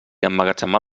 emmagatzemar